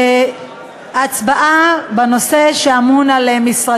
הצבעה בנושא שמשרדי אמון עליו,